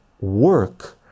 work